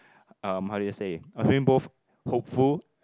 um how do you say I feeling both hopeful